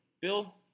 bill